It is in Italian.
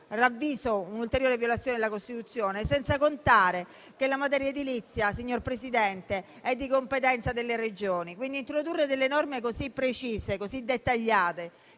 ravviso un'ulteriore violazione della Costituzione. Senza contare che la materia edilizia, signor Presidente, è di competenza delle Regioni. Introdurre quindi delle norme così precise e così dettagliate,